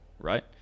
right